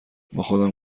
باخودم